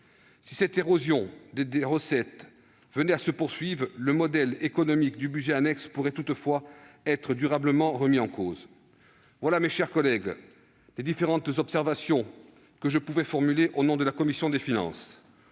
Si cette érosion des recettes venait à se poursuivre, le modèle économique du budget annexe pourrait toutefois être durablement remis en cause. Telles sont, mes chers collègues, les différentes observations que je pouvais formuler au nom de la commission des finances.